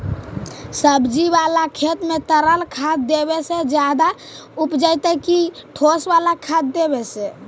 सब्जी बाला खेत में तरल खाद देवे से ज्यादा उपजतै कि ठोस वाला खाद देवे से?